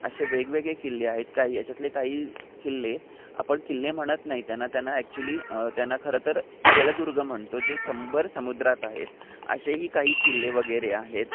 असे वेगवेगळे किल्ले आहेत काही याच्यातले काही किल्ले आपण किल्ले म्हणत नाही त्यांना त्यांना ॲक्च्युली त्यांना खरं तर जलदुर्ग म्हणतो जे समभर समुद्रात आहेत असेही काही किल्ले वगैरे आहेत